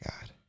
God